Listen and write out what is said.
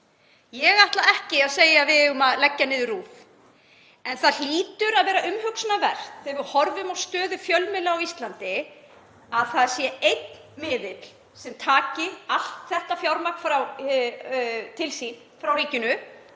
Ég ætla ekki að segja að við eigum að leggja niður RÚV en það hlýtur að vera umhugsunarvert þegar við horfum á stöðu fjölmiðla á Íslandi að það sé einn miðill sem taki allt þetta fjármagn til sín frá ríkinu